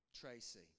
Tracy